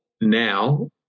now